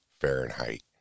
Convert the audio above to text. Fahrenheit